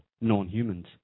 non-humans